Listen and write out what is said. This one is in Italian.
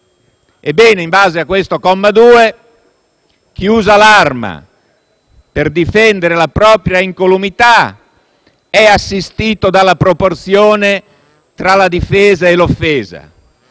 Ebbene, in base a questo comma 2, chi usa l'arma per difendere la propria incolumità è assistito dalla proporzione tra la difesa e l'offesa;